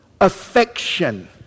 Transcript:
affection